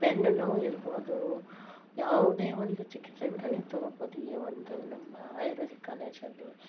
ಬೆನ್ನುನೋವು ಇರ್ಬೋದು ಯಾವುದೇ ಒಂದು ಚಿಕಿತ್ಸೆ ಕೂಡ ನೀವು ತಗೊಬೋದು ಈ ಒಂದು ನಮ್ಮ ಆಯುರ್ವೇದಿಕ್ ಕಾಲೇಜಲ್ಲಿ